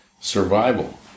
survival